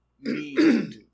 need